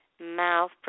mouth